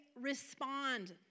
respond